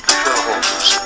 shareholders